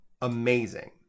amazing